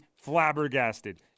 flabbergasted